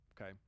okay